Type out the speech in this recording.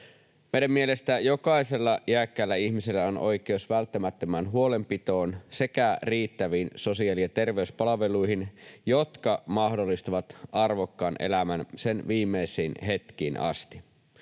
Meidän mielestämme jokaisella iäkkäällä ihmisellä on oikeus välttämättömään huolenpitoon sekä riittäviin sosiaali- ja terveyspalveluihin, jotka mahdollistavat arvokkaan elämän sen viimeisiin hetkiin asti.